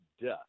death